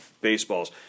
baseballs